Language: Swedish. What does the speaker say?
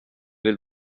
vill